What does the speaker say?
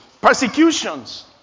Persecutions